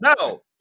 No